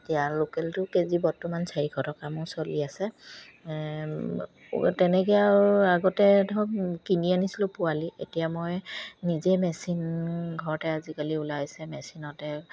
এতিয়া লোকেলটো কেজি বৰ্তমান চাৰিশ টকামো চলি আছে তেনেকে আৰু আগতে ধৰক কিনি আনিছিলোঁ পোৱালি এতিয়া মই নিজেই মেচিন ঘৰতে আজিকালি ওলাইছে মেচিনতে